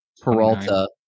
Peralta